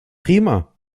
prima